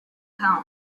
come